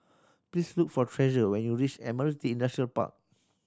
please look for Treasure when you reach Admiralty Industrial Park